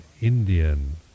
Indian